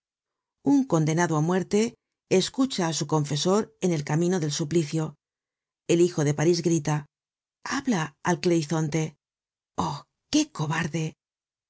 un condenado á muerte escucha á su confesor en el camino del suplicio el hijo de parís grita habla al clerizonte oht qué cobarde